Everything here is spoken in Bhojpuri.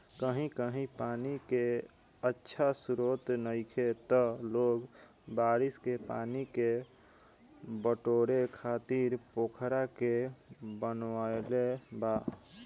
कही कही पानी के अच्छा स्त्रोत नइखे त लोग बारिश के पानी के बटोरे खातिर पोखरा के बनवले बा